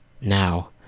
now